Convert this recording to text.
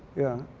yeah.